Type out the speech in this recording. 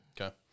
Okay